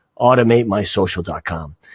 AutomateMySocial.com